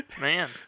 Man